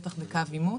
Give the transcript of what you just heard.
בטח בקו עימות